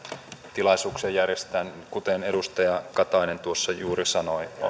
tilaisuuksia järjestetään kuten edustaja katainen tuossa juuri